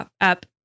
up